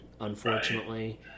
unfortunately